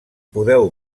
podeu